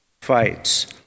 fights